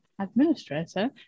administrator